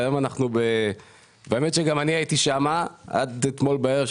גם אני הייתי שם עד אתמול בערב,